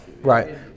right